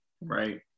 right